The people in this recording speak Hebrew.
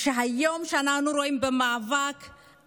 במאבק שאנחנו רואים היום בציבוריות